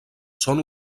són